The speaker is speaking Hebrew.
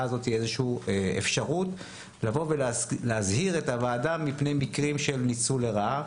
הזאת איזושהי אפשרות להזהיר את הוועדה מפני מקרים של ניצול לרעה.